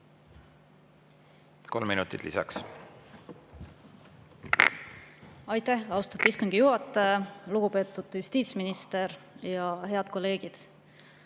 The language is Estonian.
Kolm minutit lisaks. Aitäh, austatud istungi juhataja! Lugupeetud justiitsminister! Head kolleegid!